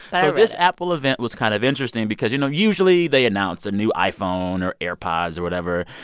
so this apple event was kind of interesting because, you know, usually they announce a new iphone or airpods or whatever.